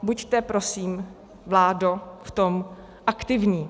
Buďte prosím, vládo, v tom aktivní.